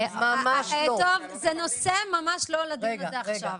זה לא נושא לדיון הזה עכשיו.